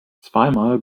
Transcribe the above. zweimal